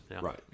Right